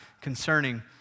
concerning